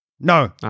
No